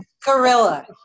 Gorilla